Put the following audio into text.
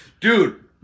Dude